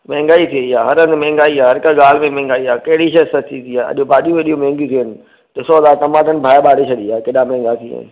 महांगाई थी वेई आहे हर हंधु महांगाई हर कंहिं ॻाल्हि में महांगाई आहे कहिड़ी शइ सस्ती थी आहे अॼु भाॼियूं हेॾियूं महांगियूं थी आहिनि ॾिसो था टमाटनि भाए बारे छॾी आहे केॾा महांगा थी विया आहिनि